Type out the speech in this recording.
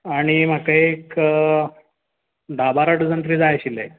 आनी म्हाका एक धा बारा डझन कितें जाय आशिल्ले